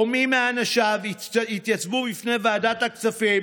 מי מאנשיו יתייצבו בפני ועדת הכספים